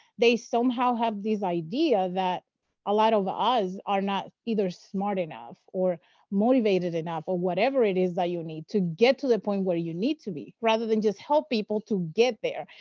they somehow have this idea that a lot of us are not either smart enough or motivated enough or whatever it is that you need to get to the point where you need to be, rather than just help people to get there.